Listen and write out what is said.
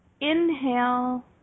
inhale